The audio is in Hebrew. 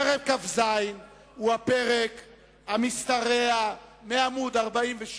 אנחנו עוברים לפרק כ"ז: מסים, סימן א':